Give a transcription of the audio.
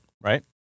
Right